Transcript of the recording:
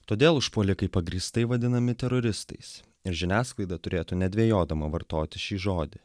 todėl užpuolikai pagrįstai vadinami teroristais ir žiniasklaida turėtų nedvejodama vartoti šį žodį